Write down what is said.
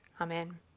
Amen